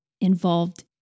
involved